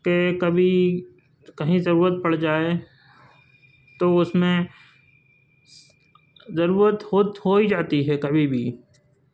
کہ کبھی کہیں ضرورت پڑ جائے تو اس میں ضرورت ہو ہو ہی جاتی ہے کبھی بھی